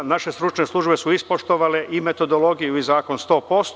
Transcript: Naše stručne službe su ispoštovale i metodologiju i zakon 100%